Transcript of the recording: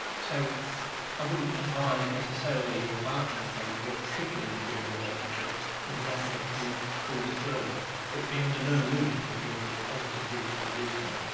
so i wouldn't advise necessarily you embarking upon what should be an enduring relationship with not making full disclosure but be under no illusion that you're under a positive duty to do so,